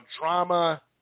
drama